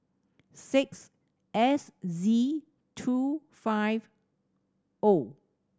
six S Z two five O